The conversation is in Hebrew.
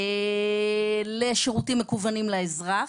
לשירותים מקוונים לאזרח,